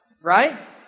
right